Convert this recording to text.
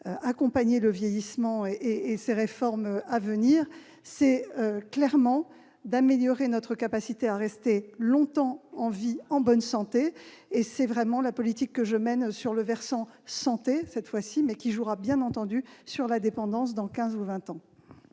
accompagner le vieillissement et les réformes à venir, c'est clairement d'améliorer notre capacité à rester longtemps en vie en bonne santé. C'est vraiment la politique que je mène sur le versant de la santé cette fois-ci, mais qui jouera sur la dépendance dans quinze